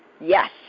Yes